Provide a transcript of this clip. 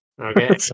Okay